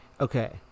Okay